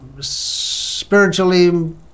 spiritually